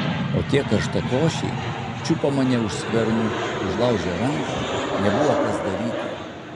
o tie karštakošiai čiupo mane už skvernų užlaužė ranką nebuvo kas daryti